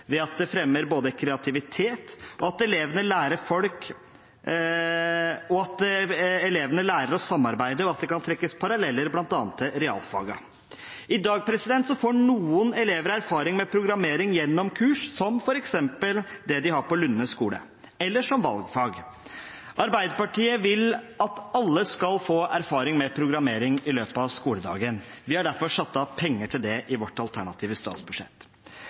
ved at det fremmer kreativitet, at elevene lærer å samarbeide, og ved at det kan trekkes paralleller bl.a. til realfagene. I dag får noen elever erfaring med programmering gjennom kurs, som f.eks. det de har på Lunde barneskole, eller som valgfag. Arbeiderpartiet vil at alle skal få erfaring med programmering i løpet av skoledagen. Vi har derfor satt av penger til det i vårt alternative statsbudsjett.